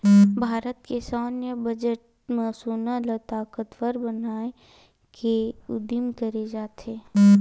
भारत के सैन्य बजट म सेना ल ताकतबर बनाए के उदिम करे जाथे